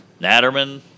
Natterman